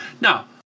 Now